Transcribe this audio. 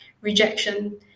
rejection